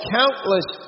countless